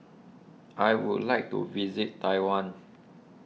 I would like to visit Taiwan